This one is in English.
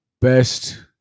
Best